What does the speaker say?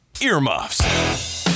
Earmuffs